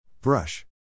Brush